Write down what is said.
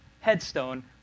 headstone